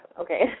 okay